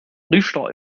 richter